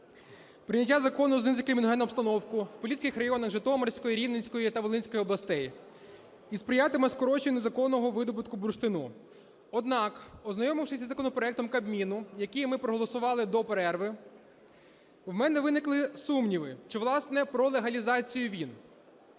Прийняття закону знизить кримінальну обстановку в поліських регіонах Житомирської, Рівненської та Волинської областей і сприятиме скороченню незаконного видобутку бурштину. Однак, ознайомившись із законопроектом Кабміну, який ми проголосували до перерви, у мене виникли сумніви чи, власне, про легалізацію він?